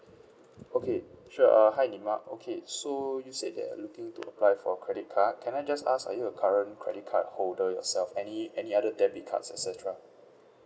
okay sure uh hi neema okay so you said that looking to apply for credit card can I just ask are you a current credit card holder yourself any any other debit card et cetera